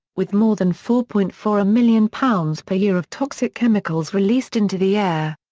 with more than four point four ah million pounds per year of toxic chemicals released into the air.